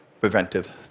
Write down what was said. preventive